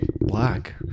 black